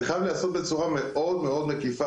חייב להיעשות בצורה מאוד מאוד מקיפה.